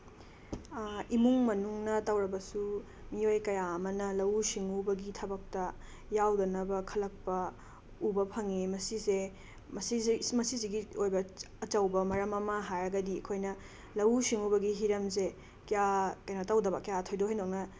ꯏꯃꯨꯡ ꯃꯅꯨꯡꯅ ꯇꯧꯔꯕꯁꯨ ꯃꯤꯑꯣꯏ ꯀꯌꯥ ꯑꯃꯅ ꯂꯧꯎ ꯁꯤꯡꯎꯕꯒꯤ ꯊꯕꯛꯇ ꯌꯥꯎꯗꯅꯕ ꯈꯜꯂꯛꯄ ꯎꯕ ꯐꯪꯉꯤ ꯃꯁꯤꯁꯦ ꯃꯁꯤꯁꯤꯒꯤ ꯑꯣꯏꯕ ꯑꯆꯧꯕ ꯃꯔꯝ ꯑꯃ ꯍꯥꯏꯔꯒꯗꯤ ꯑꯩꯈꯣꯏꯅ ꯂꯧꯎ ꯁꯤꯡꯎꯕꯒꯤ ꯍꯤꯔꯝꯁꯦ ꯀꯌꯥ ꯀꯩꯅꯣ ꯇꯧꯗꯕ ꯊꯣꯏꯗꯣꯛ ꯍꯦꯟꯗꯣꯛꯅ